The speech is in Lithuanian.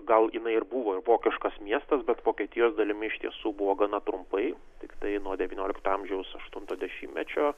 gal jinai ir buvo ir vokiškas miestas bet vokietijos dalimi iš tiesų buvo gana trumpai tiktai nuo devyniolikto amžiaus aštunto dešimtmečio